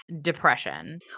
depression